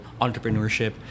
entrepreneurship